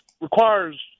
requires